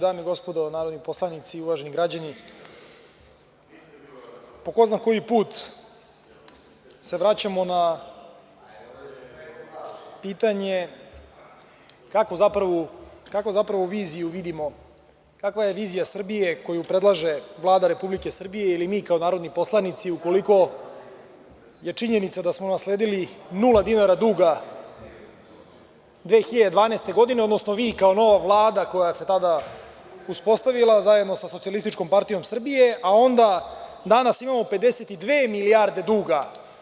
Dame i gospodo narodni poslanici, uvaženi građani, po ko zna koji put se vraćamo na pitanje kakvu zapravo viziju vidimo, kakva je vizija Srbije koju predlaže Vlada Republike Srbije ili mi kao narodni poslanici, ukoliko je činjenica da smo nasledili nula dinara duga 2012. godine, odnosno vi kao nova Vlada koja se tada uspostavila zajedno sa Socijalističkom partijom Srbije, a onda danas imamo 52 milijarde duga.